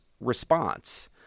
response